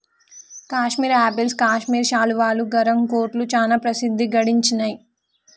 Kashmir apples Kashmir శాలువాలు, గరం కోట్లు చానా ప్రసిద్ధి గడించినాయ్